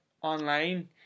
online